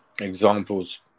examples